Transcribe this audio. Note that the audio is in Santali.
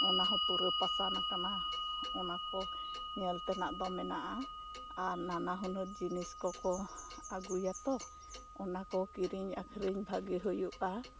ᱚᱱᱟ ᱦᱚᱸ ᱯᱩᱨᱳ ᱯᱟᱥᱟᱱ ᱟᱠᱟᱱᱟ ᱚᱱᱟ ᱠᱚ ᱧᱮᱞ ᱛᱮᱱᱟ ᱫᱚ ᱢᱮᱱᱟᱜᱼᱟ ᱟᱨ ᱱᱟᱱᱟ ᱦᱩᱱᱟᱹᱨ ᱡᱤᱱᱤᱥ ᱠᱚᱠᱚ ᱟᱹᱜᱩᱭᱟ ᱛᱚ ᱚᱱᱟᱠᱚ ᱠᱤᱨᱤᱧ ᱟᱠᱨᱤᱧ ᱵᱷᱟᱜᱮ ᱦᱩᱭᱩᱜᱼᱟ